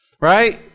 Right